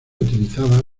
utilizada